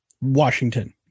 Washington